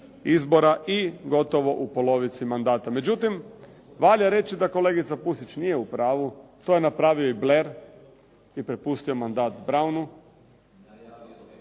izbora i gotovo u polovici mandata. Međutim, valjda reći da kolegica Pusić nije u pravu, to je napravio i Blaire i prepustio mandat Brownu.